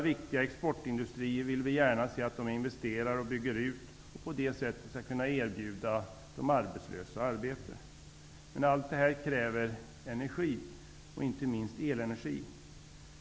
Vi vill också gärna se att våra viktiga exportindustrier investerar och bygger ut för att därigenom kunna erbjuda våra arbetslösa arbete. Men detta kräver mera av energi, inte minst elenergi.